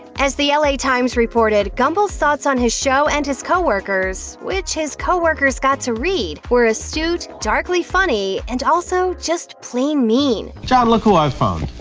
as the la times reported, gumbel's thoughts on his show and his coworkers, which his coworkers got to read, were astute, darkly funny, and also, just plain mean. john, look who i found!